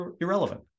irrelevant